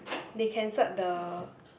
they cancelled the